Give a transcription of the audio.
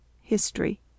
History